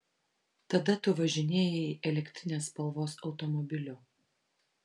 tada tu važinėjai elektrinės spalvos automobiliu